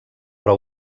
però